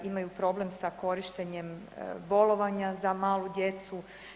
Imaju problem sa korištenjem bolovanja za malu djecu.